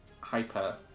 hyper